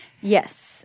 Yes